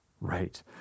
Right